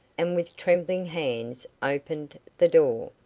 and with trembling hands opened the door.